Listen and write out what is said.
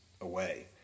away